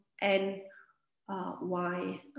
N-Y